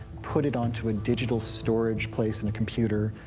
put it onto a digital storage place in a computer,